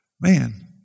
Man